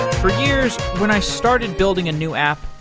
for years, when i started building a new app,